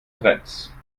trends